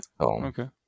Okay